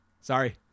Sorry